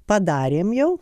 padarėm jau